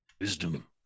Wisdom